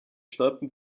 standen